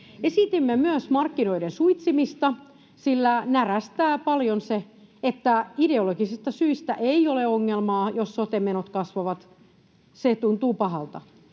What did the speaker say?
Esitimme myös markkinoiden suitsimista, sillä närästää paljon se, että ideologisista syistä ei ole ongelmaa, jos sote-menot kasvavat. Se tuntuu pahalta.